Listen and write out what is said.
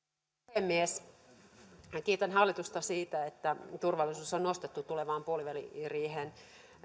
puhemies kiitän hallitusta siitä että turvallisuus on nostettu tulevan puoliväliriihen